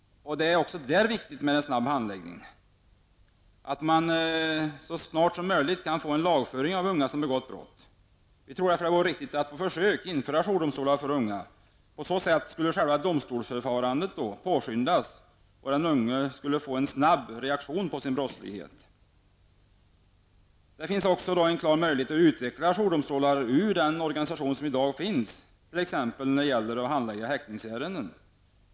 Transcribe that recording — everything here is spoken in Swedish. Det är också där viktigt med en snabb handläggning. Det är viktigt att det så snart som möjligt sker en snabb lagföring av unga som begått brott. Vi tror därför att det vore riktigt att på försök införa jourdomstolar för unga. På så sätt skulle själva domstolsförfarandet påskyndas och den unge skulle få en mycket snabb reaktion på sin brottslighet. Det finns också här en klar möjlighet att utveckla jourdomstolar ur den organisation som nu finns, t.ex. när det gäller att handlägga häktningsärenden.